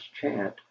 chant